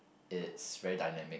it's very dynamic